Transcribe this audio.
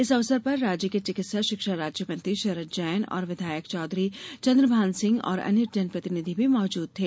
इस अवसर पर राज्य के चिकित्सा शिक्षा राज्य मंत्री शरद जैन और विधायक चौधरी चंद्रभान सिंह और अन्य जनप्रतिनिधि भी मौजूद थे